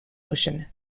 ocean